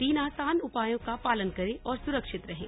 तीन आसान उपायों का पालन करें और सुरक्षित रहें